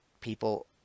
people